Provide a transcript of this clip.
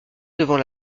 devant